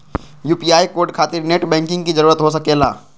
UPI code खातिर net banking की जरूरत हो सके ला?